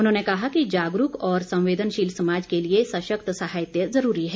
उन्होंने कहा कि जागरूक और संवेदनशील समाज के लिए सशक्त साहित्य ज़रूरी है